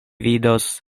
vidos